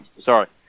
sorry